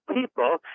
people